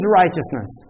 righteousness